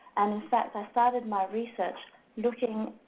and in fact, i started my research looking,